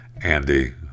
Andy